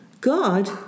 God